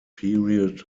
period